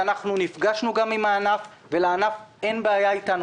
אנחנו נפגשנו עם הענף ולענף אין בעיה איתנו